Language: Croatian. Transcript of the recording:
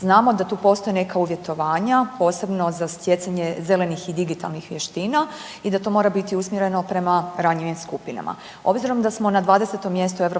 Znamo da tu postoje neka uvjetovanja, posebno za stjecanje zelenih i digitalnih vještina i da to mora biti usmjereno prema ranjivim skupinama. Obzirom da smo na 20. mjestu EU